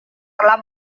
telah